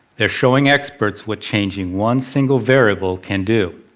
they're showing experts what changing one single variable can do.